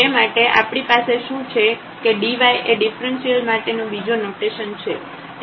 તે માટે આપણી પાસે શું છે કે dy એ ડિફ્રન્સિયલ માટેનો બીજો નોટેશન છે